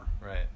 Right